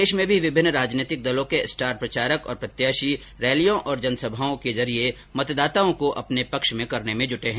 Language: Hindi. प्रदेश में भी विभिन्न राजनैतिक दलों के स्टार प्रचारक और प्रत्याशी रैलियों और जनसभाओं के जरिये मतदाताओं को अपने पक्ष में करने में जुटे हैं